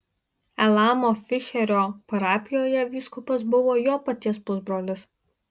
elamo fišerio parapijoje vyskupas buvo jo paties pusbrolis